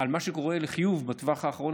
לחיוב על מה שקורה בזמן האחרון,